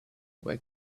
where